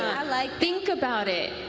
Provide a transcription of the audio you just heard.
like think about it.